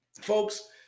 Folks